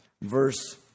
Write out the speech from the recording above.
verse